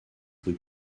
rue